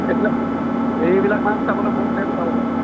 এইবিলাক এইবিলাক মাছ খাবলৈ বহুত টেষ্ট পাব বাইদেউ